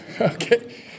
okay